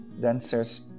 dancers